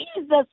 Jesus